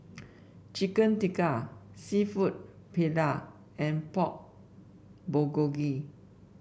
Chicken Tikka seafood Paella and Pork Bulgogi